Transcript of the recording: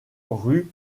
rue